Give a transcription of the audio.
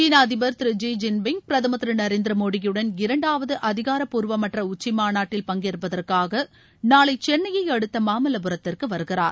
சீன அதிபர் Thiru Xi Jinping பிரதமர் திரு நரேந்திர மோடியுடன் இரண்டாவது அதிகாரப்பூர்மற்ற உச்சிமாநாட்டில் பங்கேற்பதற்காக நாளை சென்னையை அடுத்த மாமல்லபுரத்திற்கு வருகிறார்